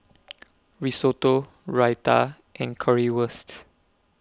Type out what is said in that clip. Risotto Raita and Currywurst